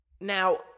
now